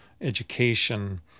education